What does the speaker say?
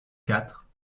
quatre